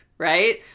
right